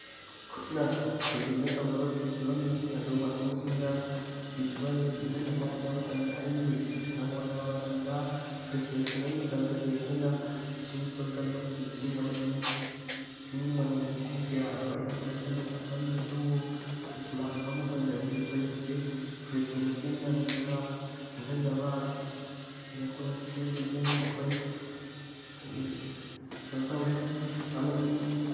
ꯈꯨꯠꯅ ꯈꯨꯗꯦꯡꯗ ꯇꯧꯔꯒ ꯐꯤ ꯁꯨꯔꯝꯕꯁꯤꯡ ꯑꯗꯨ ꯋꯥꯁꯤꯡ ꯃꯦꯆꯤꯟꯅ ꯐꯤ ꯁꯨꯍꯜꯂꯦ ꯏꯪꯍꯟꯅꯕ ꯍꯣꯠꯅꯕ ꯃꯇꯝꯗ ꯑꯌꯤꯡꯕ ꯏꯁꯤꯡ ꯊꯛꯅꯕ ꯍꯣꯠꯅꯕ ꯃꯇꯝꯗ ꯐ꯭ꯔꯤꯖ ꯂꯩꯇ꯭ꯔꯤꯉꯩꯒꯤ ꯃꯇꯝꯗꯗꯤ ꯑꯩꯈꯣꯏꯅ ꯏꯁꯤꯡ ꯄꯨꯜꯗ ꯂꯣꯛꯀꯤ ꯏꯁꯤꯡ ꯑꯃꯗꯤ ꯆꯤꯡꯅꯨꯡ ꯃꯥꯅꯨꯡꯒꯤ ꯏꯁꯤꯡ ꯀꯌꯥ ꯑꯗꯨ ꯑꯌꯤꯡꯕꯅꯤ ꯈꯟꯗꯨꯅ ꯊꯛꯂꯝꯃꯤ ꯑꯗꯨꯕꯨ ꯐ꯭ꯔꯤꯖ ꯂꯥꯛꯂꯕ ꯃꯇꯝꯗꯗꯤ ꯑꯩꯈꯣꯏ ꯍꯧꯖꯤꯛ ꯐ꯭ꯔꯤꯖꯀꯤ ꯃꯇꯦꯡꯅ ꯅꯠꯇ꯭ꯔꯒ ꯏꯪꯍꯟꯅꯕ ꯏꯌꯔ ꯀꯨꯂꯔꯁꯤꯡꯒꯤ ꯃꯇꯦꯡꯅ ꯑꯩꯈꯣꯏ ꯀꯩꯅꯣ ꯇꯧꯔꯦ ꯑꯃꯗꯤ